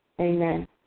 Amen